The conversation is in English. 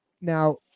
Now